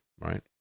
right